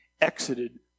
exited